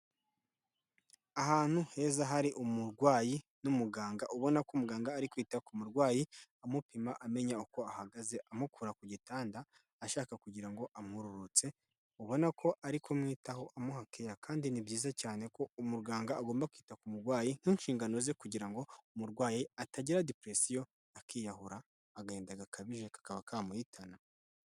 Ahantu heza hari umurwayi n'umuganga, ubona ko umuganga ari kwita ku murwayi amupima amenya uko ahagaze, amukura ku gitanda ashaka kugira ngo amwururutse, ubona ko ari kumwitaho amuha keya kandi ni byiza cyane ko umuganga agomba kwita ku murwayi nk'inshingano ze kugira ngo umurwayi atagira dipuresiyo akiyahura, agahinda gakabije kakaba kamuhitana.